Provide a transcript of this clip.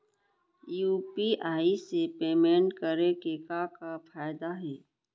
UPI से payment करे के का का फायदा हे?